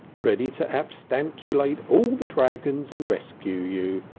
ready to absquatulate all the dragons and rescue you.